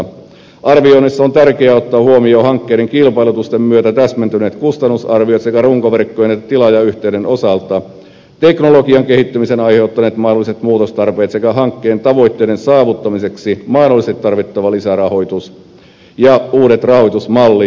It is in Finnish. arvioinnissa on tärkeää ottaa huomioon hankkeiden kilpailutusten myötä täsmentyneet kustannusarviot sekä runkoverkon että tilaajayhteyden osalta teknologian kehittymisestä aiheutuneet mahdolliset muutostarpeet sekä hankkeen tavoitteiden saavuttamiseksi mahdollisesti tarvittava lisärahoitus ja uudet rahoitusmallit